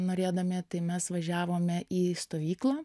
norėdami tai mes važiavome į stovyklą